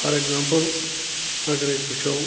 for example اگر أسۍ وٕچھو